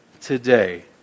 today